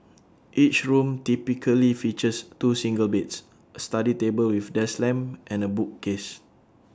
each room typically features two single beds A study table with desk lamp and A bookcase